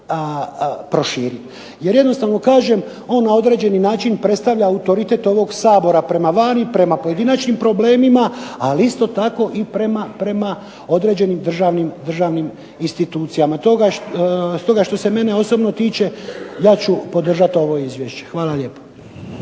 Jer jednostavno kažem on na neki način predstavlja autoritet ovog Sabora prema van, prema pojedinačnim problemima ali isto tako prema određenim državnim institucijama. Stoga što se mene osobno tiče ja ću podržati ovo Izvješće. Hvala lijepo.